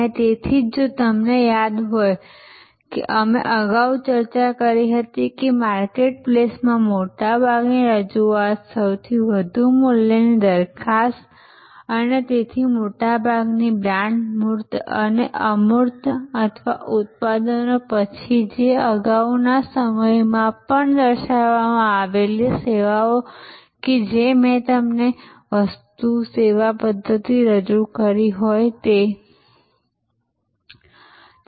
અને તેથી જ જો તમને યાદ હોય કે અમે અગાઉ ચર્ચા કરી હતી કે માર્કેટપ્લેસમાં મોટાભાગની રજૂઆત સૌથી વધુ મૂલ્યની દરખાસ્ત અને તેથી મોટાભાગની બ્રાન્ડ મૂર્ત અને અમૂર્ત અથવા ઉત્પાદનો પછી જે અગાઉ ના સમય માં પણ દર્શાવવામાં આવેલી સેવાઓ કે જે મેં તમને વસ્તુ સેવા પધ્ધતિ રજૂ કરી છે તે હોય